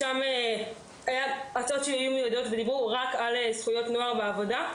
היו שם במשך שבועיים הרצאות ייעודיות שדיברו רק על זכויות נוער ועבודה.